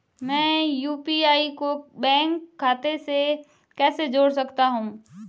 मैं यू.पी.आई को बैंक खाते से कैसे जोड़ सकता हूँ?